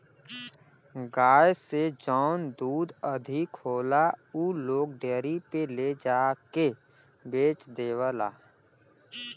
गाय से जौन दूध अधिक होला उ लोग डेयरी पे ले जाके के बेच देवला